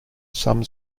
some